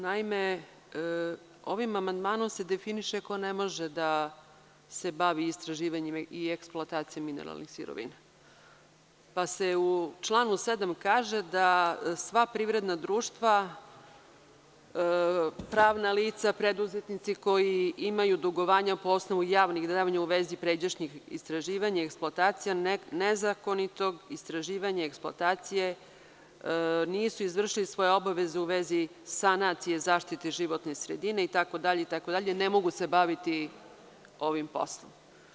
Naime, ovim amandmanom se definiše ko ne može da se bavi istraživanjima i eksploatacijom mineralnih sirovina, pa se u članu 7. kaže da sva privredna društva, pravna lica, preduzetnici koji imaju dugovanja po osnovu javnih davanja u vezi pređašnjih istraživanja i eksploatacija nezakonitog istraživanja i eksploatacije nisu izvršili svoje obaveze u vezi sanacije zaštite životne sredine itd. ne mogu se baviti ovim poslom.